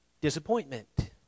Disappointment